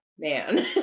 Man